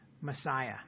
Messiah